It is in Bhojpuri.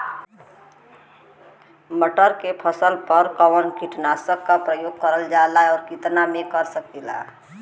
मटर के फसल पर कवन कीटनाशक क प्रयोग करल जाला और कितना में कर सकीला?